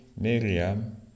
Miriam